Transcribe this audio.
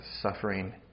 suffering